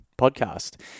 podcast